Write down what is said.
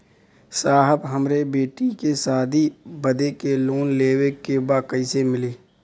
साहब हमरे बेटी के शादी बदे के लोन लेवे के बा कइसे मिलि?